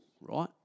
right